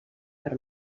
per